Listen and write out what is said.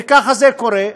וככה זה קורה,